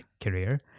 career